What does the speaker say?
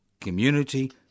community